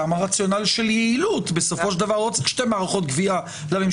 גם הרציונל של יעילות בסופו של דבר לא צריך שתי מערכות גבייה לממשלה.